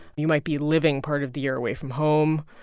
you might be living part of the year away from home.